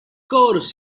course